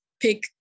pick